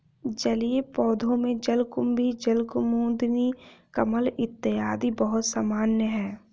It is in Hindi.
जलीय पौधों में जलकुम्भी, जलकुमुदिनी, कमल इत्यादि बहुत सामान्य है